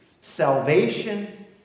Salvation